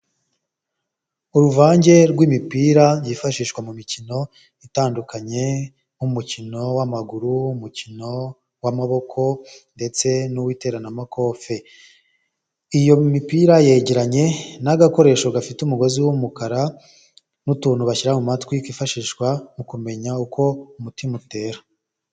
Uruvange rw'imipira yifashishwa mu mikino itandukanye, nk'umukino w'amaguru umukino w'amaboko ndetse n'uw'iteraranamakofe, iyo mipira yegeranye n'agakoresho gafite umugozi w'umukara n'utuntu bashyira mu matwi twifashishwa mu kumenya uko umutima utera.